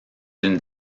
d’une